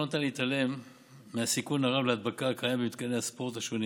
לא ניתן להתעלם מהסיכון הרב להדבקה הקיים במתקני הספורט השונים,